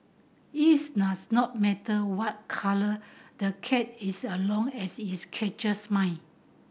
it's does not matter what colour the cat is as long as it catches mice